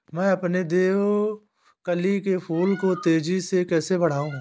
मैं अपने देवकली के फूल को तेजी से कैसे बढाऊं?